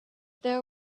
there